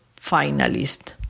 finalist